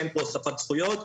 אין פה הוספת זכויות,